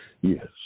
yes